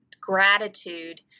gratitude